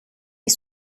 est